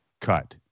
cut